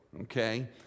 okay